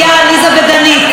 לעליזה ודנית,